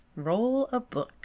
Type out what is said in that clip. Rollabook